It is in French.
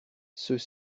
ceux